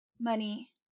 money